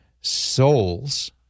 souls